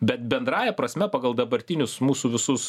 bet bendrąja prasme pagal dabartinius mūsų visus